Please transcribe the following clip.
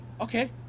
Okay